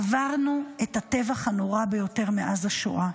עברנו את הטבח הנורא ביותר מאז השואה.